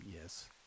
Yes